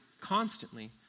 constantly